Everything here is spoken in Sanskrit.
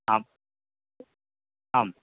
आम् आम्